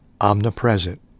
omnipresent